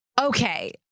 Okay